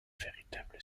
véritable